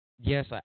yes